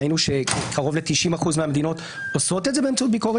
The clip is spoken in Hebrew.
ראינו שקרוב ל-90 אחוזים מהמדינות עושות את זה באמצעות ביקורת